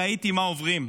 ראיתי מה עוברים.